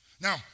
Now